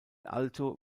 alto